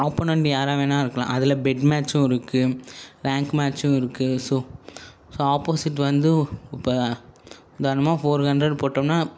opponent யாராக வேணா இருக்கலாம் அதில் பெட் மேட்ச்சும் இருக்கு ரேங்க் மேட்ச்சும் இருக்கு ஸோ ஸோ ஆப்போசிட் வந்து இப்போ உதாரணமாக ஃபோர் ஹண்ட்ரட் போட்டோம்னா